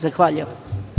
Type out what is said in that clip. Zahvaljujem.